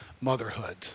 motherhood